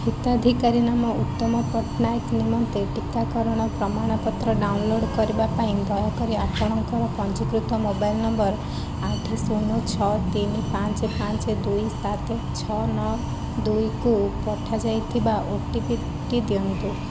ହିତାଧିକାରୀ ନାମ ଉତ୍ତମ ପଟ୍ଟନାୟକ ନିମନ୍ତେ ଟିକାକରଣର ପ୍ରମାଣପତ୍ର ଡାଉନଲୋଡ଼୍ କରିବା ପାଇଁ ଦୟାକରି ଆପଣଙ୍କର ପଞ୍ଜୀକୃତ ମୋବାଇଲ୍ ନମ୍ବର ଆଠ ଶୂନ ଛଅ ତିନି ପାଞ୍ଚ ପାଞ୍ଚ ଦୁଇ ସାତ ଛଅ ନଅ ଦୁଇକୁ ପଠାଯାଇଥିବା ଓଟିପିଟି ଦିଅନ୍ତୁ